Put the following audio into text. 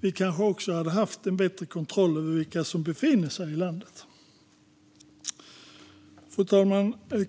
Vi kanske också hade haft en bättre kontroll över vilka som befinner sig i landet. Fru talman!